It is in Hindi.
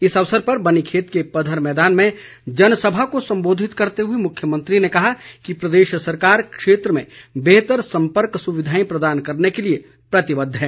इस अवसर पर बनीखेत के पधर मैदान में जनसभा को संबोधित करते हुए मुख्यमंत्री ने कहा कि प्रदेश सरकार क्षेत्र में बेहतर संपर्क सुविधाएं प्रदान करने के लिए प्रतिबद्ध है